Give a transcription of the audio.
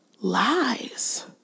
lies